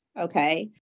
okay